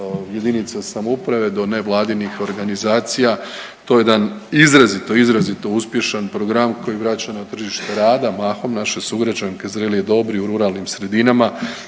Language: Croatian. jedinica samouprave do nevladinih organizacija. To je jedan izrazito, izrazito uspješan program koji vraća na tržište rada mahom naše sugrađanke zrelije dobi u ruralnim sredinama